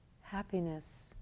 happiness